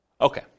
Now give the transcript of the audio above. Okay